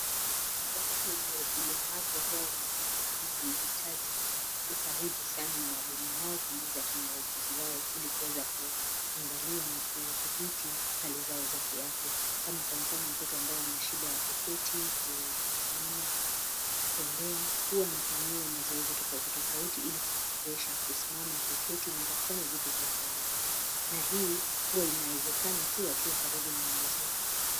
Watoto wenye ulemavu huwa wanataka ama wana hitaji ukaribu sana na walimu wao pamoja ata na wauguzi wao ilikuweza kuangalia na kudhibiti hali zao za kiafya kama kwa mfano mtoto ambayo ana shida ya kuketi, kusimama, kutembea , huwa anafanyiwa mazoezi tofauti tofauti ili kumwezesha kusimama, kuketi na ata kufanya vitu vya kawaida na hii hua inaezakana tu akiwa karibu na wauguzi wake.